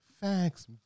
facts